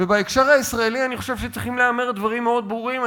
ובהקשר הישראלי צריכים להיאמר דברים מאוד ברורים.